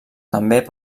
també